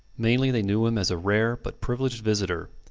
mainly, they knew him as a rare but privileged visitor,